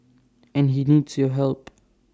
and he needs your help